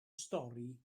stori